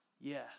Yes